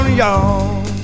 y'all